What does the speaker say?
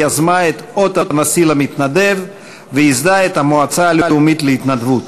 יזמה את אות הנשיא למתנדב וייסדה את המועצה הלאומית להתנדבות.